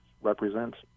represents